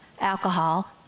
alcohol